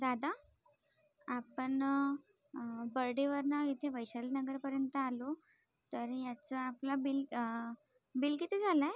दादा आपण बर्डीवरून इथे वैशालीनगरपर्यंत आलो तर याचं आपला बिल बिल किती झालं आहे